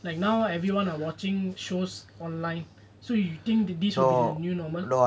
like now everyone are watching shows online so you think this will be the new normal